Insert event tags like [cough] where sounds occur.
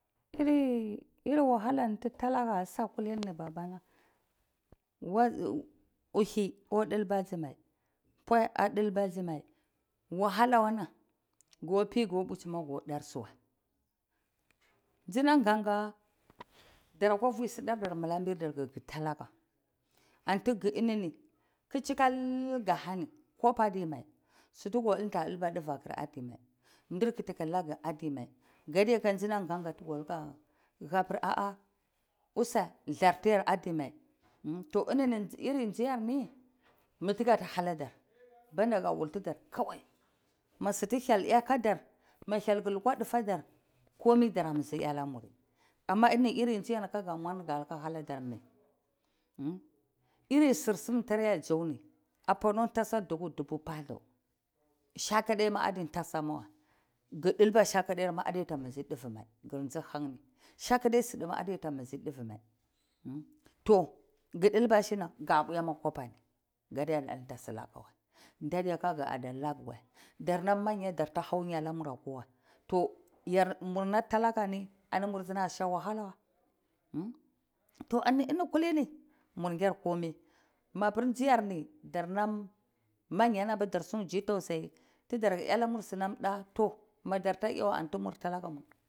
Iri wahala tutalaka ada sa kulini babana, ukhi a dolba sumai mpoye a dilbasomai wahala wannan [unintelligible] tsunam kaga tara-kwafi ka sudr dor milk birlar, talaka [unintelligible] kujikal kahani kwaja dima sutaka dilta ka dilba dua dimai, dirkulu ka laka adimai katsunam kanga hahirulse thlartiyar adimai to inini ri tsiyarni mi tuka haladar dar kaga wultudar kawai ma sutu hyel a katar, hyel kuluka dufatr komi tara bisi atalamuri, amma ili tziyarni kamvar kaluba hanadr mi irisuzum tara a tzauni punu tasa tuku tubu maka shaka dema adi tasawa, ku dolba shakada ma adiwa, shakada zidi ma adekusotimi to kudilba shina ka uwoma kwapani kadeta dolta silakawa nam manya tarti hawkyanamurwa kwaya to murnam talaka ani murasa wahalawa [hesitation] to ani kulini murkar komi mabir tsiyarni manya darsi tsi tausayi alamur sinamta madrta awa ani murtalaka.